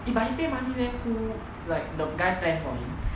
but he pay money leh then who like the guy plan for him